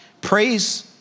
Praise